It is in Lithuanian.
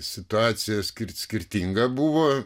situacija skir skirtinga buvo